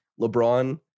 LeBron